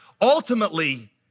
Ultimately